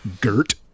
Gert